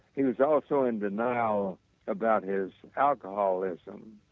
he was also in denial about his alcoholism.